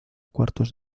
cuartos